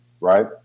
Right